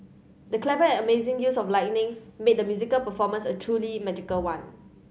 the clever and amazing use of lighting made the musical performance a truly magical one